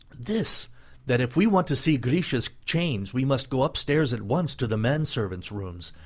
this that if we want to see grisha's chains we must go upstairs at once to the men-servants' rooms.